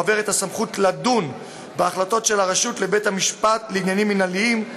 מועברת הסמכות לדון בהחלטות של הרשות לבית-המשפט לעניינים מינהליים,